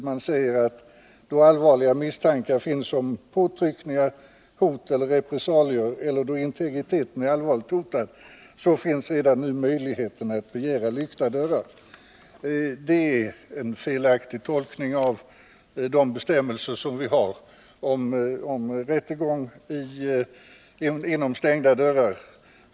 Man säger i motionen: ”Då allvarliga misstankar finns om påtryckningar, hot eller repressalier eller då integriteten är allvarligt hotad, så finns redan nu möjligheter att begära ”lyckta dörrar”.” Det är en felaktig tolkning av de bestämmelser som gäller om rättegång inom stängda dörrar.